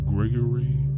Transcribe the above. Gregory